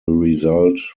result